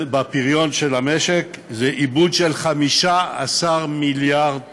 לפריון של המשק, זה איבוד של 15 מיליארד שקל.